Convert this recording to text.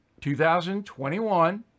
2021